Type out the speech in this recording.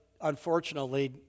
unfortunately